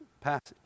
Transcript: passage